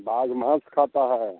बाघ माँस खाता है